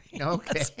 Okay